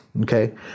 okay